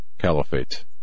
caliphate